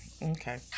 Okay